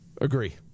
Agree